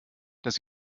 dass